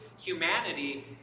humanity